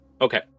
Okay